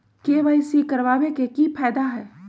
KYC करवाबे के कि फायदा है?